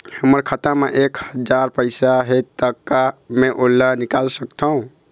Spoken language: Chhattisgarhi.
हमर खाता मा एक हजार पैसा हे ता का मैं ओला निकाल सकथव?